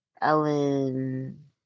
Ellen